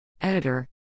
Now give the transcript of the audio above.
Editor